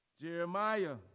Jeremiah